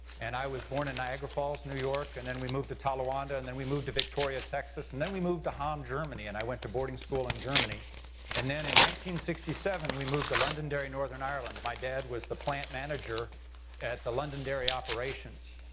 and i was born in niagara falls, new york and then we moved to tallawanda and then we moved to victoria, texas and then we moved to haan germany and i went to boarding school in germany and then in one sixty seven we moved to londonderry, northern ireland. my dad was the plant manager at the londonderry operations.